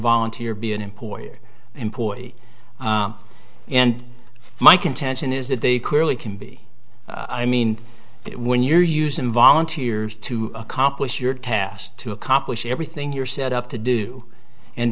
volunteer be an employer employee and my contention is that they clearly can be i mean that when you're using volunteers to accomplish your task to accomplish everything you're set up to do and